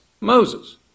Moses